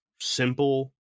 Simple